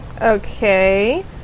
Okay